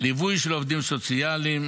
ליווי של עובדים סוציאליים,